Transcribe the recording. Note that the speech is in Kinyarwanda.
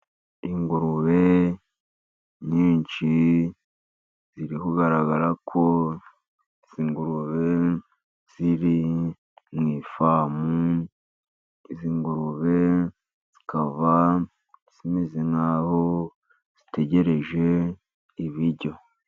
Ingurube nyinshi ziri kugaragara ko izi ngurube ziri mu ifamu. Izi ngurube zikaba zimeze nk’aho zitegereje ibiryo.